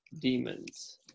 demons